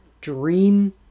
dream